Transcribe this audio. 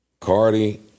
Cardi